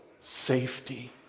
safety